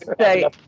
say